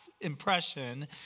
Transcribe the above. impression